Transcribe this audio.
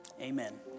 amen